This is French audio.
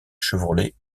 chevrolet